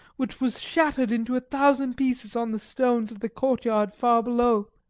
which was shattered into a thousand pieces on the stones of the courtyard far below.